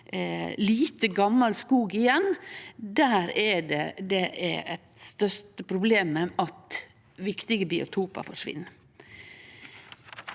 har lite gamal skog igjen, er det største problemet at viktige biotopar forsvinn.